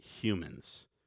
humans